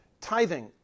tithing